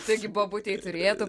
taigi bobutei turėtų